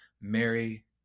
Mary